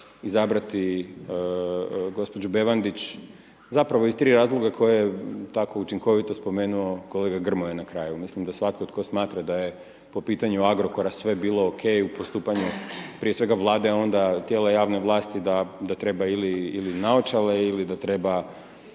izabrati g. Bevandić, zapravo iz tri razloga koja je tako učinkovito spomenuo kolega Grmoja na kraju. Mislim da svatko tko smatra da je po pitanju Agrokora sve bilo ok u postupanju prije svega Vlade a onda tijela javne vlasti da trebaju ili naočale ili da treba